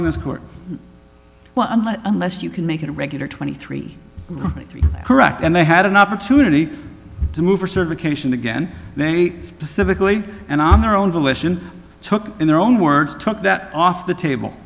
in this court well unless unless you can make it regular twenty three three correct and they had an opportunity to move for certification again they specifically and on their own volition took in their own words took that off the table